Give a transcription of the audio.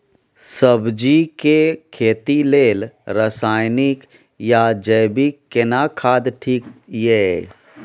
सब्जी के खेती लेल रसायनिक या जैविक केना खाद ठीक ये?